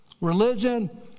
religion